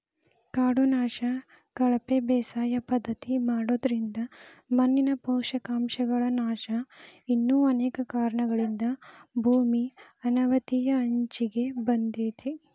ಕಾಡು ನಾಶ, ಕಳಪೆ ಬೇಸಾಯ ಪದ್ಧತಿ ಮಾಡೋದ್ರಿಂದ ಮಣ್ಣಿನ ಪೋಷಕಾಂಶಗಳ ನಾಶ ಇನ್ನು ಅನೇಕ ಕಾರಣಗಳಿಂದ ಭೂಮಿ ಅವನತಿಯ ಅಂಚಿಗೆ ಬಂದೇತಿ